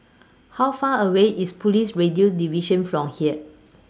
How Far away IS Police Radio Division from here